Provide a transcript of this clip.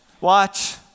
watch